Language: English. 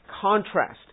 contrast